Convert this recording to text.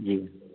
जी